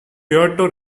puerto